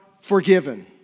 forgiven